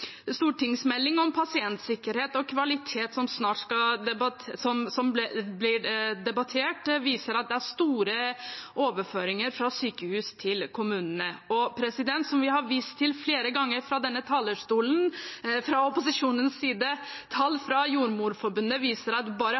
om kvalitet og pasientsikkerhet, som skal behandles her senere i dag, viser at det er store overføringer fra sykehus til kommunene. Tall fra Jordmorforbundet, som vi, fra opposisjonens side, har vist til flere ganger fra denne talerstolen, viser at bare halvparten av landets kommuner har ansatt en egen jordmor. Jeg er bekymret for at